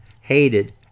hated